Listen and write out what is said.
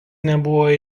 nebuvo